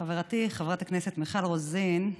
חברתי חברת הכנסת מיכל רוזין,